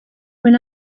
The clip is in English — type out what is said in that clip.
when